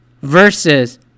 versus